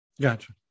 Gotcha